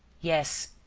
yes,